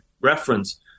reference